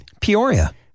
Peoria